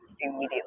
immediately